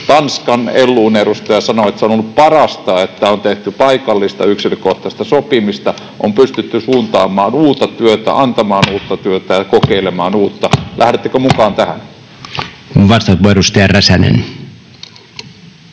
Tanskan LO:n edustaja sanoi, että se on ollut parasta, että on tehty paikallista yksilökohtaista sopimista, on pystytty suuntaamaan uutta työtä, antamaan uutta työtä ja kokeilemaan uutta. Lähdettekö mukaan tähän? Arvoisa puhemies! Tässä